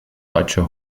deutscher